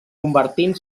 convertint